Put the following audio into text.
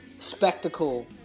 spectacle